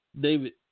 David